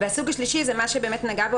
הסוג השלישי זה מה שנגע בו